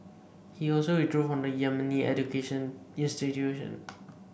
he also withdrew from the Yemeni educational institution